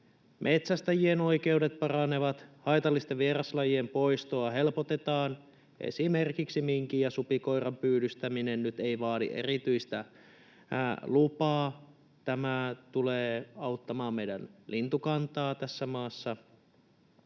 Metsästäjien oikeudet paranevat. Haitallisten vieraslajien poistoa helpotetaan, esimerkiksi minkin ja supikoiran pyydystäminen ei vaadi nyt erityistä lupaa. Tämä tulee auttamaan meidän lintukantaamme tässä maassa.